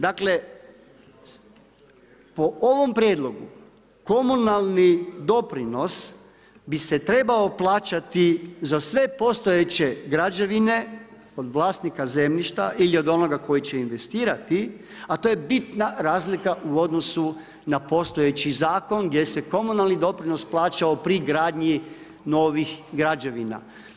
Dakle po ovom prijedlogu komunalni doprinos bi se trebao plaćati za sve postojeće građevine od vlasnika zemljišta ili od onoga koji će investirati, a to je bitna razlika u odnosu na postojeći zakon gdje se komunalni doprinos plaćao pri gradnji novih građevina.